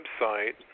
website